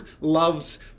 loves